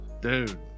dude